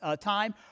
time